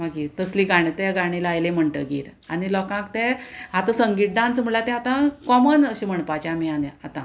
मागीर तसली गाणें ते गाणी लायले म्हणटगीर आनी लोकांक ते आतां संगीत डांस म्हणल्यार ते आतां कॉमन अशें म्हणपाचें आमी आनी आतां